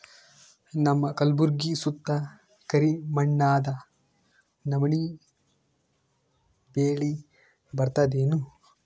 ನಮ್ಮ ಕಲ್ಬುರ್ಗಿ ಸುತ್ತ ಕರಿ ಮಣ್ಣದ ನವಣಿ ಬೇಳಿ ಬರ್ತದೇನು?